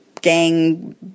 gang